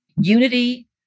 unity